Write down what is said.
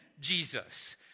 Jesus